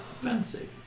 fancy